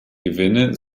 gewinne